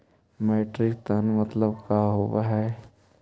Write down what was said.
Metric tonne मतलब का होव हइ?